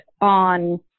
on